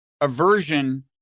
aversion